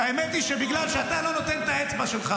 האמת היא שבגלל שאתה לא נותן את האצבע שלך